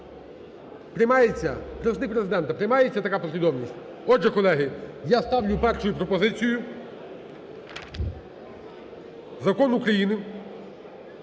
приймається така послідовність? Отже, колеги, я ставлю першою пропозицію: Закон України